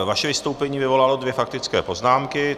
Vaše vystoupení vyvolalo dvě faktické poznámky.